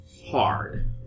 Hard